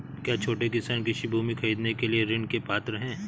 क्या छोटे किसान कृषि भूमि खरीदने के लिए ऋण के पात्र हैं?